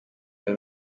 babe